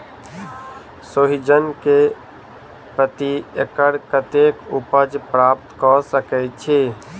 सोहिजन केँ प्रति एकड़ कतेक उपज प्राप्त कऽ सकै छी?